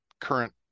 current